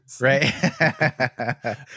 right